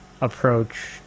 approach